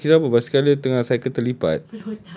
no kira apa basikal dia tengah cycle terlipat